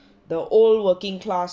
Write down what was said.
the old working class